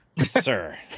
sir